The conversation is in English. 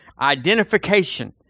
Identification